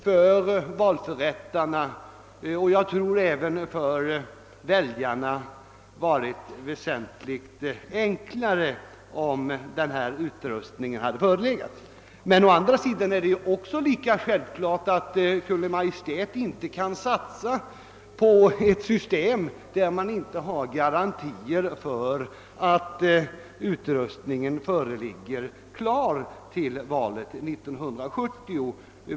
För valförrättarna och jag tror även för väljarna hade det varit väsentligt enklare, om en sådan utrustning hade förelegat vid valet. å andra sidan är det självklart, att Kungl. Maj:t inte kan satsa på ett system, beträffande vilket det inte finns garantier för att utrustningen är klar till valet 1970.